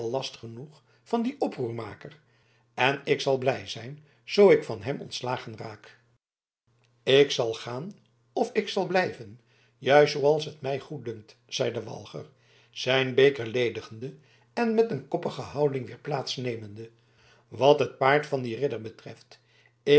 last genoeg van dien oproermaker en zal blij zijn zoo ik van hem ontslagen raak ik zal gaan of ik zal blijven juist zooals t mij goeddunkt zeide walger zijn beker ledigende en met een koppige houding weer plaats nemende wat het paard van dien ridder betreft ik